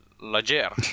Lager